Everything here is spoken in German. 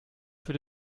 für